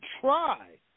try